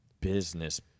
business